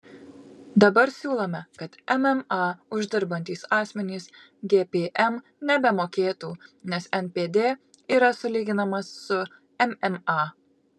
dabar siūlome kad mma uždirbantys asmenys gpm nebemokėtų nes npd yra sulyginamas su mma